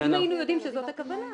הם היינו יודעים שזאת הכוונה,